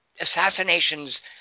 assassinations